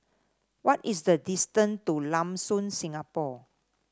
what is the distance to Lam Soon Singapore